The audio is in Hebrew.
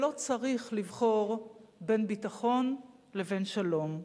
שלא צריך לבחור בין ביטחון לבין שלום,